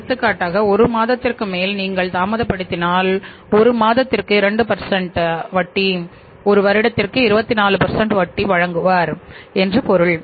எடுத்துக்காட்டாக ஒரு மாதத்திற்கு மேல் நீங்கள் தாமதப்படுத்தினால் ஒரு மாதத்திற்கு 2 ஒரு வருடத்திற்கு 24 வட்டி வாங்குவர் என்று பொருள்